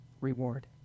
reward